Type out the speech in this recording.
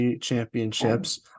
championships